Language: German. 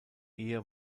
ehe